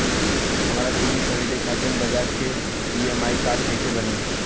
हमरा टी.वी खरीदे खातिर बज़ाज़ के ई.एम.आई कार्ड कईसे बनी?